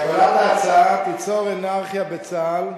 קבלת ההצעה תיצור אנרכיה בצה"ל,